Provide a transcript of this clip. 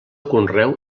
conreu